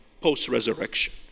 post-resurrection